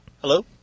Hello